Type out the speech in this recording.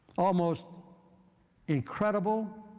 almost incredible